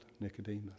Nicodemus